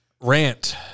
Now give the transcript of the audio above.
Rant